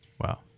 wow